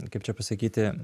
kaip čia pasakyti